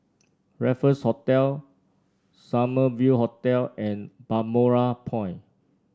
Raffles Hotel Summer View Hotel and Balmoral Point